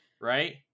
right